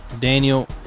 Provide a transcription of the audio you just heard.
Daniel